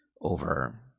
over